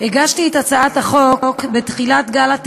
להצעת חוק הדגל, הסמל והמנון המדינה (תיקון מס' 7)